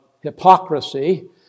hypocrisy